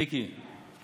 מיקי?